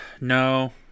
No